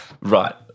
Right